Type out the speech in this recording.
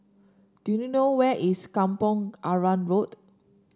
do you know where is Kampong Arang Road